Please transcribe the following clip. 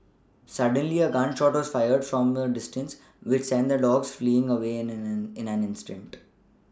suddenly a gun shot was fired from a distance which sent the dogs fleeing away an an in an in strict